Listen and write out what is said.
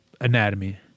anatomy